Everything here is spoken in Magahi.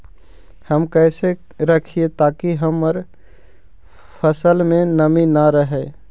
हम कैसे रखिये ताकी हमर फ़सल में नमी न रहै?